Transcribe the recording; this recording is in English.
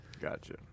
Gotcha